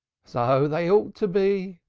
so they ought to be,